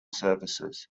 services